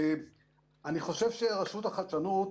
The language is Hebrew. אני חושב שרשות החדשנות